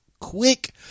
quick